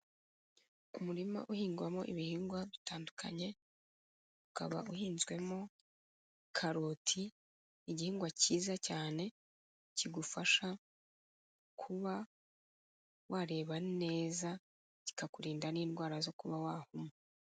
Umurima uhingwamo ibihingwa bitandukanye, ukaba uhinzwemo karoti, igihingwa cyiza cyane kigufasha kuba wareba neza, kikakurinda n'indwara zo kuba wahuma.